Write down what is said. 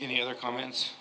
any other comments